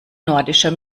nordischer